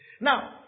Now